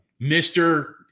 Mr